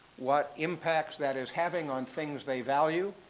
what impacts that is having on things they value,